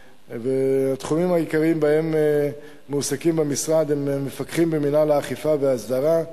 והתחומים העיקריים שבהם מועסקים במשרד הם מפקחים במינהל האכיפה וההסדרה,